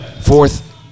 Fourth